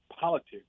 politics